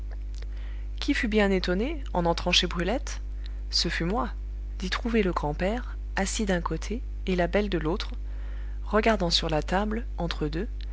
qui fut bien étonné en entrant chez brulette ce fut moi d'y trouver le grand-père assis d'un côté et la belle de l'autre regardant sur la table entre eux deux